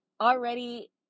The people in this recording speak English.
already